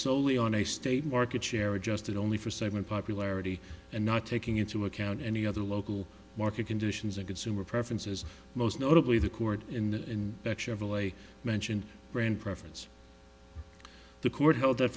soley on a state market share adjusted only for segment popularity and not taking into account any other local market conditions and consumer preferences most notably the court in that chevrolet mentioned brand preference the court held